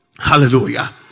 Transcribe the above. Hallelujah